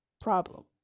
problem